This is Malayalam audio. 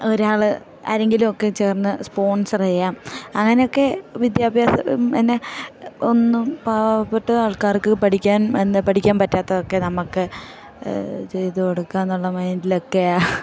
ഒരാൾ ആരെങ്കിലൊക്കെ ചേർന്ന് സ്പോൺസർ ചെയ്യാം അങ്ങനെയൊക്കെ വിദ്യാഭ്യാസം എന്ന ഒന്നും പാവപ്പെട്ട ആൾക്കാർക്ക് പഠിക്കാൻ എന്താ പഠിക്കാൻ പറ്റാത്തതൊക്കെ നമുക്ക് ചെയ്ത് കൊടുക്കാമെന്നുള്ള മൈൻഡിലൊക്കെയാണ്